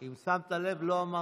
אבל הנושא הזה לא יורד מהפרק.